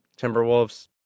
Timberwolves